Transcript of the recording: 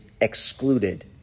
excluded